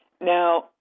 Now